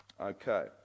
Okay